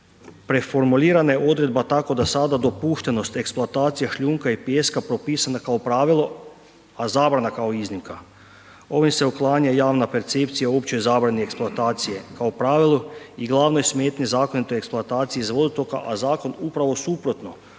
Preformulirana je odredba tako da je sada dopuštenost eksploatacije šljunka i pijeska propisana kao pravilo a zabrana kao iznimka. Ovim se uklanja javna percepcija opće zabrane eksploatacije kao pravilo i glavnoj smetnji zakonitoj eksploatacije .../Govornik se ne razumije./... a zakon upravo suprotno